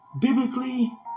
biblically